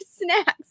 snacks